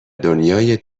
دنیای